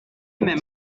même